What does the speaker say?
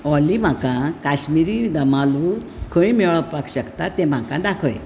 ओली म्हाका काश्मिरी दम आलू खंय मेळपाक शकता तें म्हाका दाखय